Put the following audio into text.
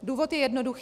Důvod je jednoduchý.